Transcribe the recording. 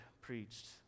preached